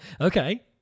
Okay